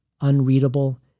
unreadable